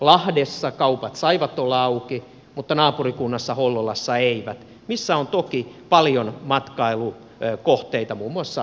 lahdessa kaupat saivat olla auki mutta naapurikunnassa hollolassa eivät missä on toki paljon matkailukohteita muun muassa messilä